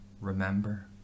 remember